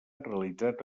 realitzat